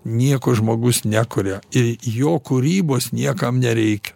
nieko žmogus nekuria ir jo kūrybos niekam nereik